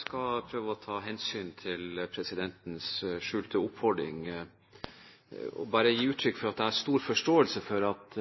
skal prøve å ta hensyn til presidentens skjulte oppfordring. Jeg vil bare gi uttrykk for at